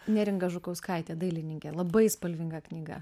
neringa žukauskaitė dailininkė labai spalvinga knyga